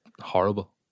horrible